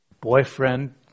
boyfriend